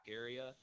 area